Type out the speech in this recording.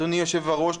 אדוני יושב-הראש,